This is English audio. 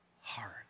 heart